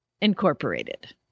Incorporated